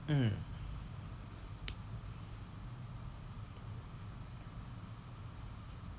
mm